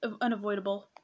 unavoidable